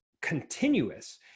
continuous